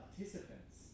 Participants